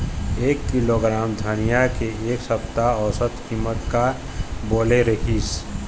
एक किलोग्राम धनिया के एक सप्ता औसत कीमत का बोले रीहिस?